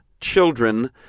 children